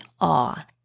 awe